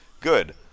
good